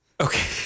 Okay